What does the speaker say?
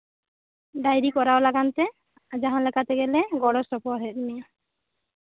dairy ᱠᱚᱨᱟᱣ ᱞᱟᱹᱜᱤᱫᱛᱮ ᱡᱟᱦᱟᱸ ᱞᱮᱠᱟᱛᱮᱞᱮ ᱜᱚᱲᱚ ᱥᱚᱯᱚᱦᱚᱫ ᱢᱮᱭᱟ